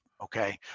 okay